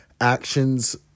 actions